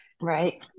Right